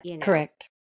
correct